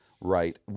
right